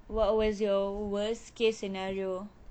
what was your worst case scenario